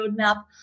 roadmap